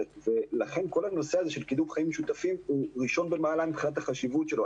ולכן כל נושא קידום החיים המשותפים הוא ראשון במעלה מבחינת החשיבות שלו.